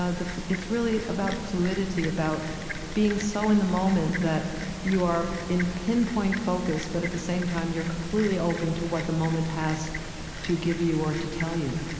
ah it's really about fluidity, about being so in the moment that you are in pinpoint focus, but at the same time, you're completely open to what the moment has to give you or to tell you.